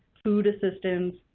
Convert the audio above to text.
food assistance,